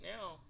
now